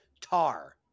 tar